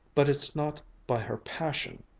but it's not by her passion,